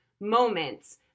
moments